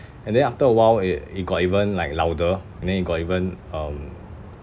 and then after a while it it got even like louder and then it got even um